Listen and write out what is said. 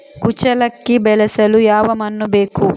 ಕುಚ್ಚಲಕ್ಕಿ ಬೆಳೆಸಲು ಯಾವ ಮಣ್ಣು ಬೇಕು?